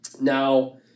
Now